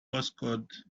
postcode